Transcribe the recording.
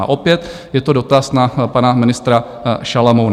A opět je to dotaz na pana ministra Šalomouna.